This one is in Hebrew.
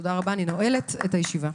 תודה רבה, אני נועלת את הישיבה.